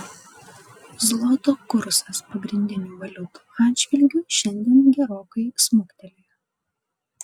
zloto kursas pagrindinių valiutų atžvilgiu šiandien gerokai smuktelėjo